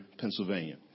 Pennsylvania